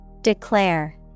Declare